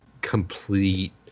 complete